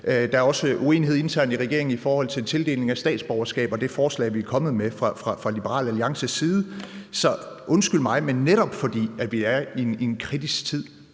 Der er også uenighed internt i regeringen i forhold til tildelingen af statsborgerskaber og det forslag, vi er kommet med fra Liberal Alliances side. Så undskyld mig, men netop fordi, vi er i en kritisk tid,